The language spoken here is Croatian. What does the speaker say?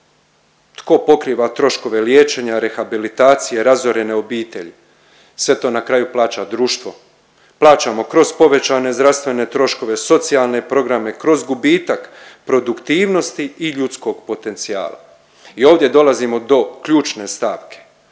Tko pokriva troškove liječenja, rehabilitacije razorene obitelji? Sve to na kraju plaća društvo plaćamo kroz povećane zdravstvene troškove, socijalne programe, kroz gubitak produktivnosti i ljudskog potencijala i ovdje dolazimo do ključne stavke.